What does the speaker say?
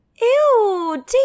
Ew